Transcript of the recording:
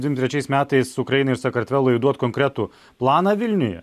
dvidešimt trečiais metais ukrainai ir sakartvelui duoti konkretų planą vilniuje